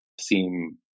seem